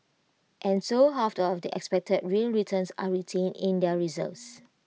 and so half of the expected real returns are retained in the reserves